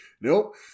nope